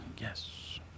Yes